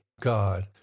God